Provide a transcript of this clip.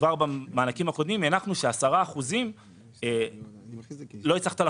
כבר במענקים הקודמים הנחנו ש-10% לא הצלחת לחסוך,